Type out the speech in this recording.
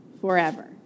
forever